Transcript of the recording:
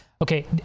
okay